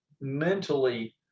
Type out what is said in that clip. mentally